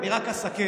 אני רק אסכם.